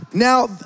Now